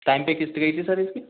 time पे किस्त गई थी सर इसकी